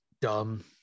dumb